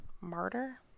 Martyr